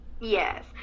Yes